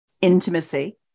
intimacy